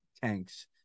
tanks